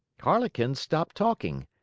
harlequin stopped talking.